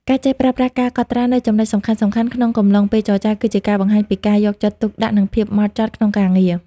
ការចេះប្រើប្រាស់ "ការកត់ត្រា" នូវចំណុចសំខាន់ៗក្នុងកំឡុងពេលចរចា គឺជាការបង្ហាញពីការយកចិត្តទុកដាក់ និងភាពហ្មត់ចត់ក្នុងការងារ។